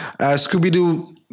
Scooby-Doo